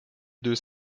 deux